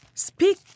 Speak